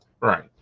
Right